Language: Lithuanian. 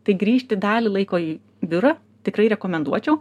tai grįžti dalį laiko į biurą tikrai rekomenduočiau